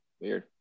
Weird